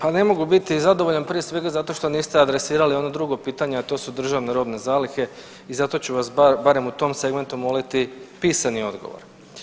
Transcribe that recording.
Pa ne mogu biti zadovoljan prije svega zato što niste adresirali ono drugo pitanje, a to su državne robne zalihe i zato ću vas barem u tom segmentu moliti pisani odgovor.